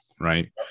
Right